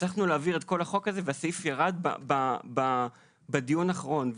הצלחנו להעביר את כל החוק הזה והסעיף ירד בדיון האחרון.